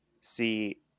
see